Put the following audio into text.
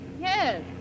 Yes